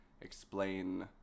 explain